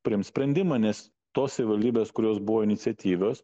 priimt sprendimą nes tos savivaldybės kurios buvo iniciatyvios